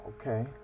Okay